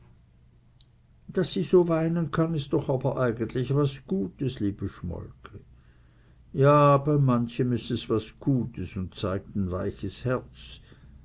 daß sie so weinen kann ist aber doch eigentlich was gutes liebe schmolke ja bei manchem is es was gutes un zeigt ein weiches herz